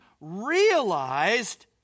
realized